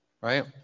right